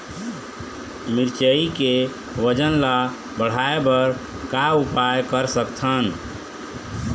मिरचई के वजन ला बढ़ाएं बर का उपाय कर सकथन?